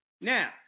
Now